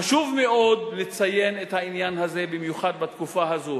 חשוב מאוד לציין את העניין הזה במיוחד בתקופה הזאת.